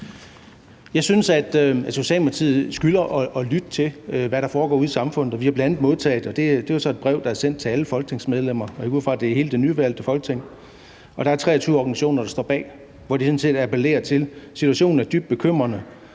Jeg synes, at Socialdemokratiet skylder at lytte til, hvad der foregår ude i samfundet. Vi har bl.a. modtaget et brev, der er sendt til alle folketingsmedlemmer – jeg går ud fra, at det er hele det nyvalgte Folketing – som 23 organisationer står bag, hvor de sådan set appellerer til os: Situationen er dybt bekymrende